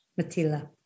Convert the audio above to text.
Matila